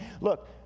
Look